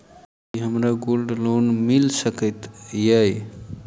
की हमरा gold loan मिल सकैत ये?